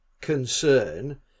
concern